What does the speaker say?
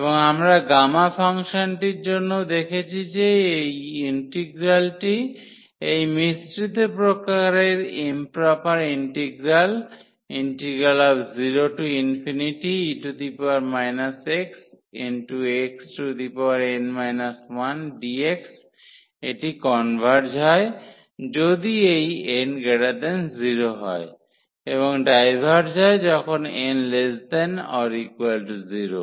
এবং আমরা গামা ফাংশনটির জন্যও দেখেছি যে এই ইন্টিগ্রালটি এই মিশ্রিত প্রকারের improper integral 0e xxn 1dx এটি কনভার্জ হয় যদি এই n0 হয় এবং ডাইভার্জ হয় যখন n≤0